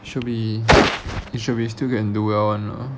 should be it should be still can do well [one] lah